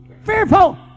fearful